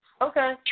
Okay